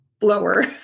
blower